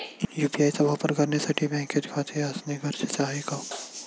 UPI चा वापर करण्यासाठी बँकेत खाते असणे गरजेचे आहे का?